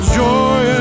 joy